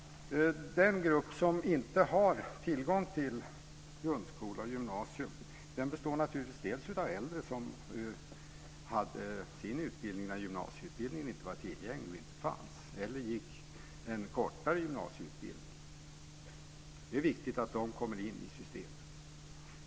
Den grupp som inte har tillgång till grundskola och gymnasium består naturligtvis delvis av äldre som gick sin utbildning när gymnasieutbildningen inte var tillgänglig, eller så gick de en kortare gymnasieutbildning. Det är viktigt att de kommer in i systemet.